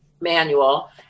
manual